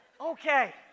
Okay